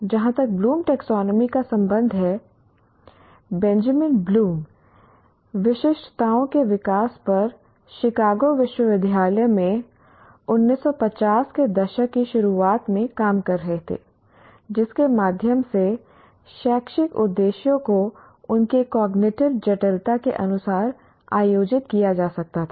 जहां तक Bloom taxonomy Bloom's taxonomy का संबंध है बेंजामिन ब्लूम विशिष्टताओं के विकास पर शिकागो विश्वविद्यालय में 1950 के दशक की शुरुआत में काम कर रहे थे जिसके माध्यम से शैक्षिक उद्देश्यों को उनके कॉग्निटिव जटिलता के अनुसार आयोजित किया जा सकता था